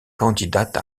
candidate